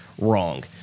Wrong